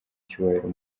cyubahiro